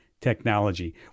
technology